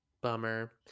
Bummer